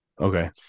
okay